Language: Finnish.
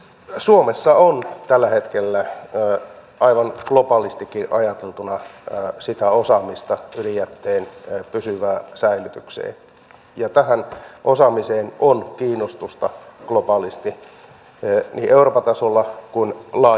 suomessa on tällä hetkellä aivan globaalistikin ajateltuna sitä osaamista ydinjätteen pysyvään säilytykseen ja tähän osaamiseen on kiinnostusta globaalisti niin euroopan tasolla kuin laajemminkin